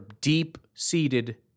deep-seated